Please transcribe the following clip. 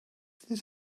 this